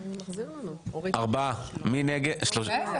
מי בעד?